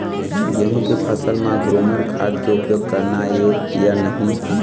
गेहूं के फसल म ग्रोमर खाद के उपयोग करना ये या नहीं?